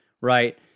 right